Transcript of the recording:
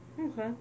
Okay